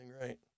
right